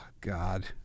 God